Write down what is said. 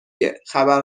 گهخبر